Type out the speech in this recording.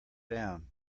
down